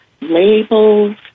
labels